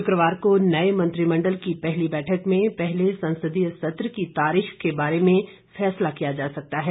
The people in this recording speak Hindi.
शुक्रवार को नये मंत्रिमण्डल की पहली बैठक में पहले संसदीय सत्र की तारीख के बारे में फैसला किया जा सकता है